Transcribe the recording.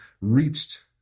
reached